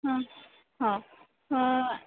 हो